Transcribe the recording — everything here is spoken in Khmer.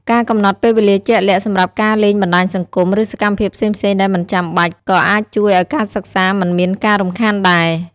ការកំណត់ពេលវេលាជាក់លាក់សម្រាប់ការលេងបណ្ដាញសង្គម ឬសកម្មភាពផ្សេងៗដែលមិនចាំបាច់ ក៏អាចជួយឲ្យការសិក្សាមិនមានការរំខានដែរ។